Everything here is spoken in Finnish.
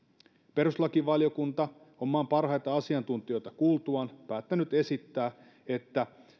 perustuslakivaliokunta on maan parhaita asiantuntijoita kuultuaan päättänyt esittää että